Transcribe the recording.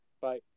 Bye